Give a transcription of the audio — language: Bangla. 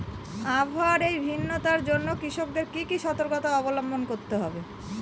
আবহাওয়ার এই ভিন্নতার জন্য কৃষকদের কি কি সর্তকতা অবলম্বন করতে হবে?